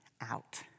out